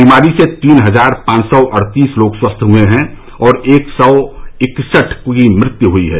बीमारी से तीन हजार पांच सौ अड़तीस लोग स्वस्थ हुए हैं और एक सौ इकसठ की मृत्यु ह्यी है